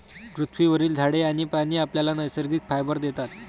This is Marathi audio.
पृथ्वीवरील झाडे आणि प्राणी आपल्याला नैसर्गिक फायबर देतात